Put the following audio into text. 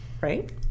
right